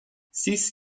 six